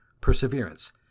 perseverance